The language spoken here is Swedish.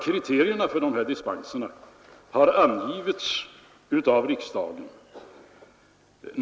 Kriterierna för dessa dispenser har angivits av riksdagen.